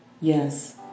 Yes